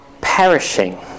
perishing